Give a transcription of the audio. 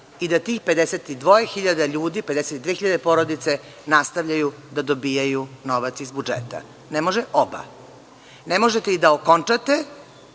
i da tih 52.000 ljudi, 52.000 porodica nastavljaju da dobijaju novac iz budžeta. Ne može oba. Ne možete i da okončate,